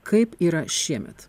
kaip yra šiemet